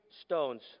stones